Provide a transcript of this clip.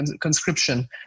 conscription